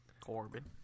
corbin